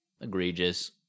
Egregious